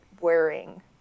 wearing